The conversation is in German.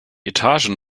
etagen